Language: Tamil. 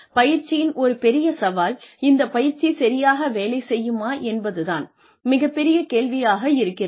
பயிற்சியின் ஒரு பெரிய சவால் இந்த பயிற்சி சரியாக வேலை செய்யுமா என்பது தான் மிகப் பெரிய கேள்வியாக இருக்கிறது